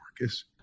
Marcus